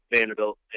Vanderbilt